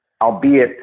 albeit